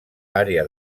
àrea